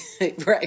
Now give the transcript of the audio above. Right